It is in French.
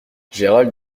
gérald